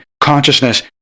consciousness